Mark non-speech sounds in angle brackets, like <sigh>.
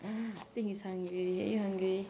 <breath> I think he's hungry are you hungry